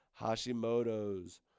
Hashimoto's